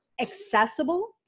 accessible